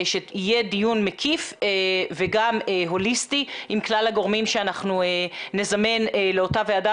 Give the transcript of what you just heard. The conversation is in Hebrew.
שיהיה דיון מקיף וגם הוליסטי עם כלל הגורמים שאנחנו נזמן לאותה ועדה.